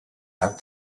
egg